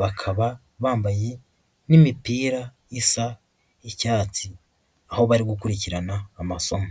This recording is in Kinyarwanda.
Bakaba bambaye n'imipira isa icyatsi. Aho bari gukurikirana amasomo.